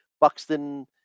Buxton